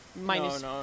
minus